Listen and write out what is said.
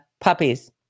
puppies